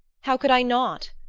how could i not?